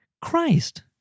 Christ